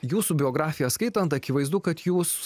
jūsų biografiją skaitant akivaizdu kad jūs